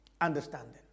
understanding